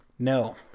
No